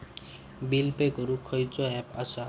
Bill pay करूक खैचो app असा?